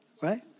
right